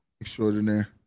Extraordinaire